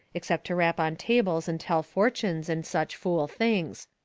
except to rap on tables and tell fortunes, and such fool things.